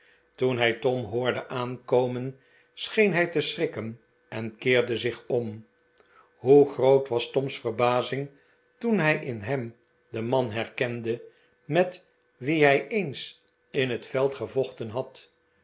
toen hij tom hoorde aankomen scheen hij te schrikken en keerde zich om hoe groot was tom's verbazing toen hij in hem den man herkende met wien hij eens in het veld gevochten had